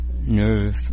nerve